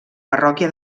parròquia